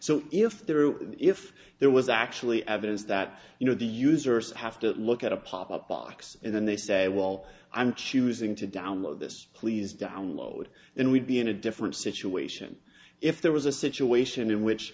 so if there is if there was actually evidence that you know the users have to look at a pop up box and then they say well i'm choosing to download this please download and we'd be in a different situation if there was a situation in which